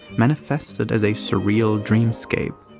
manifested as a surreal dreamscape,